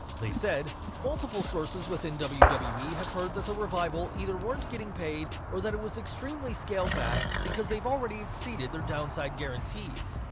they said multiple sources within wwe wwe have heard that the revival either weren't getting paid, or that it was extremely scaled back because they've already exceeded their downside guarantees.